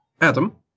Adam